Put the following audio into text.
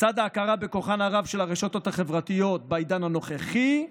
בצד ההכרה בכוחן הרב של הרשתות החברתיות בעידן הנוכחי,